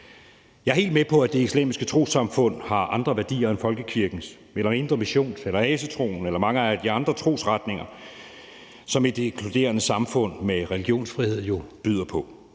Jeg er helt med på, at Det Islamiske Trossamfund har andre værdier end folkekirkens eller Indre Missions eller asatroens eller mange af de andre trosretninger, som det inkluderende samfund med religionsfrihed byder på.